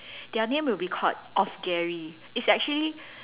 their name will be called of Gary it's actually